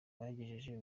bagejeje